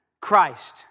Christ